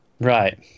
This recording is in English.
right